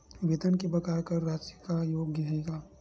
वेतन के बकाया कर राशि कर योग्य हे का?